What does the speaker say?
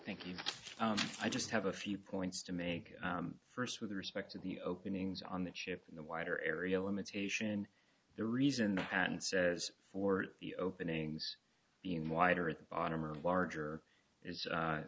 thank you i just have a few points to make first with respect to the openings on the chip in the wider area limitation and the reason the patent says for the openings being wider at the bottom or larger is